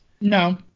No